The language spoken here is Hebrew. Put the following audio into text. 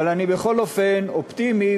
אבל אני בכל אופן אופטימי,